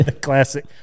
classic